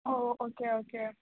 ओ ओ okay okay